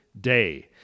day